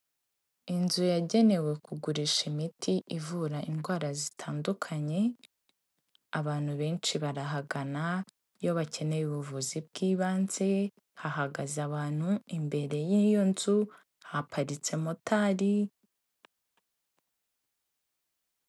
Inzu yagenewe kugurisha imiti ivura indwara zitandukanye, abantu benshi barahagana iyo bakeneye ubuvuzi bw'ibanze, hahagaze abantu imbere y'iyo nzu haparitse motari,